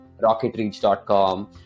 rocketreach.com